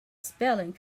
spelling